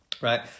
right